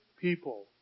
people